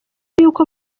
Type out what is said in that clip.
y’uko